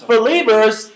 believers